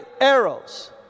arrows